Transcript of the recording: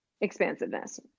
expansiveness